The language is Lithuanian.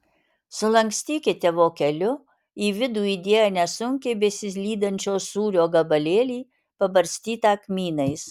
sulankstykite vokeliu į vidų įdėję nesunkiai besilydančio sūrio gabalėlį pabarstytą kmynais